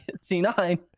C9